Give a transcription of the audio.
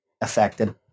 affected